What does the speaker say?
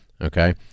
okay